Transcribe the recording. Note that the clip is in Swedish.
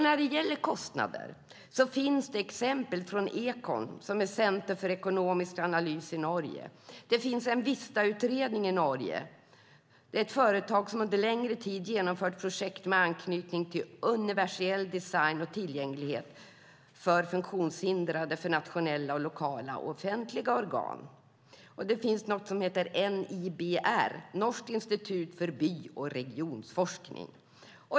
När det gäller kostnader finns det exempel från Econ, som är centrum för ekonomisk analys i Norge. Det finns en Vistautredning i Norge. Det är ett företag som under en längre tid har genomfört projekt med anknytning till universell design och tillgänglighet för funktionshindrade för nationella och lokala offentliga organ. Det finns något som heter NIBR - Norsk institutt for by og regionforskning.